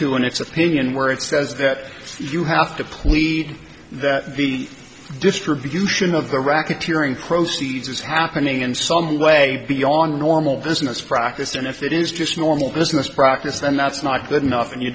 its opinion where it says that you have to plead that the distribution of the racketeering proceeds is happening in some way beyond normal business practice and if it is just normal business practice then that's not good enough and you